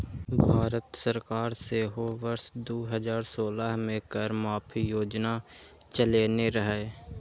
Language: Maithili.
भारत सरकार सेहो वर्ष दू हजार सोलह मे कर माफी योजना चलेने रहै